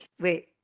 Wait